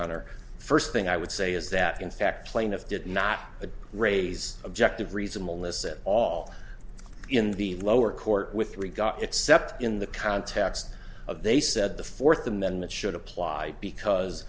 honor first thing i would say is that in fact plaintiff did not raise objective reason melissa at all in the lower court with regard except in the context of they said the fourth amendment should apply because